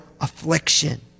affliction